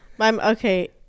Okay